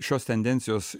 šios tendencijos